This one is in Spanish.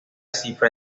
cifra